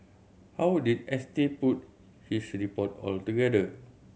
how would did S T put his report altogether